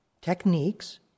techniques